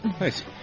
Nice